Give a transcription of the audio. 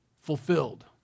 fulfilled